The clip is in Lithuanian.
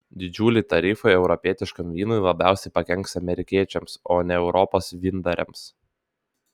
didžiuliai tarifai europietiškam vynui labiausiai pakenks amerikiečiams o ne europos vyndariams